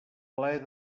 plaer